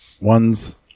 one's